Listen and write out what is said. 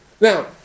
Now